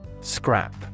Scrap